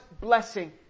blessing